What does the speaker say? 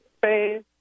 phase